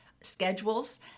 schedules